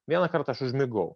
vieną kartą aš užmigau